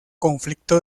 conflicto